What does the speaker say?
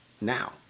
now